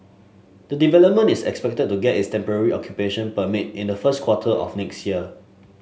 the development is expected to get its temporary occupation permit in the first quarter of next year